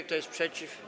Kto jest przeciw?